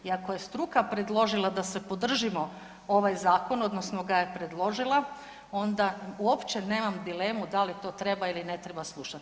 Iako je struka predložila da se podržimo ovaj zakon odnosno ga je predložila onda uopće nemam dilemu da li to treba ili ne treba slušati.